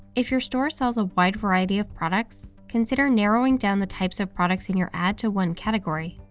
if your store sells a wide variety of products, consider narrowing down the types of products in your ad to one category.